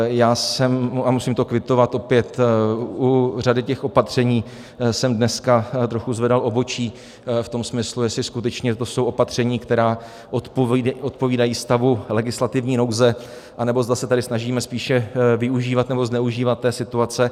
Já jsem, a musím to kvitovat, opět u řady těch opatření jsem dneska trochu zvedal obočí v tom smyslu, jestli skutečně to jsou opatření, která odpovídají stavu legislativní nouze, anebo zda se tady snažíme spíše využívat nebo zneužívat té situace.